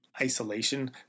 isolation